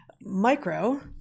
Micro